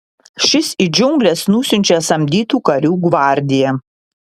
šis į džiungles nusiunčia samdytų karių gvardiją